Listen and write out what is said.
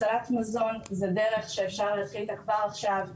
הצלת מזון זה דרך שאפשר להתחיל איתה כבר עכשיו,